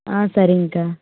ஆ சரிங்கக்கா